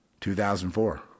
2004